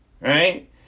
right